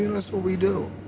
that's what we do.